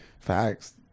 Facts